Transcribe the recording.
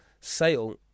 Sale